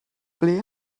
ble